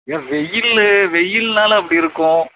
ஐயா வெயில் வெயில்னால் அப்படியிருக்கும்